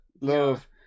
love